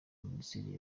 minisiteri